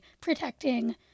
protecting